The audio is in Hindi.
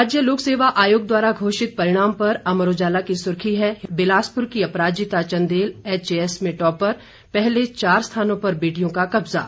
राज्य लोकसेवा आयोग द्वारा घोषित परिणाम पर अमर उजाला की सुर्खी है बिलासप्र की अपराजिता चंदेल एचएएस में टॉपर पहले चार स्थानों पर बेटियों का कब्जा